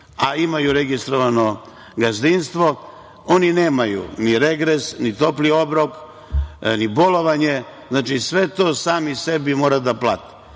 a imaju registrovano gazdinstvo. Oni nemaju ni regres, ni topli obrok, ni bolovanje, znači, sve to sami sebi moraju da plate. Vi